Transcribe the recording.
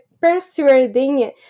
persuading